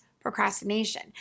procrastination